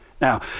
Now